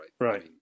right